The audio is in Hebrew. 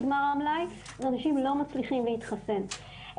ואנשים לא מצליחים להתחסן.